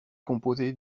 composée